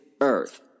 earth